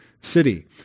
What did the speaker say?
city